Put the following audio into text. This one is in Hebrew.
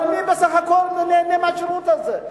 אבל מי בסך הכול נהנה מהשירות הזה?